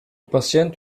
patiënt